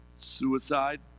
suicide